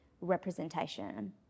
representation